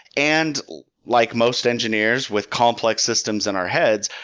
and like most engineers, with complex systems in our heads,